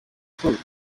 fruits